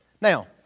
Now